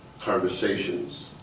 conversations